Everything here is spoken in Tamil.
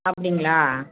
அப்படிங்களா